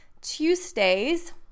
Tuesdays